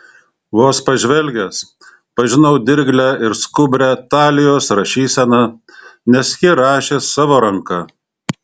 vos pažvelgęs pažinau dirglią ir skubrią talijos rašyseną nes ji rašė savo ranka